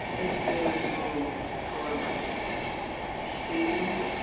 is being moved forward she